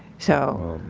so,